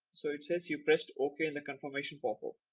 so it says you pressed ok in the confirmation popup.